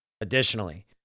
Additionally